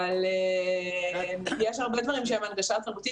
אבל יש הרבה דברים שהם הנגשה תרבותית